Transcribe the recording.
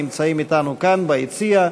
הנמצאים אתנו כאן ביציע,